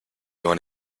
one